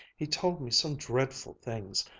he told me some dreadful things.